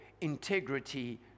integrity